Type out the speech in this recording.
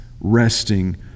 resting